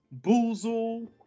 boozle